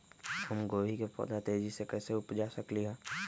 हम गोभी के पौधा तेजी से कैसे उपजा सकली ह?